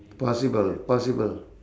possible possible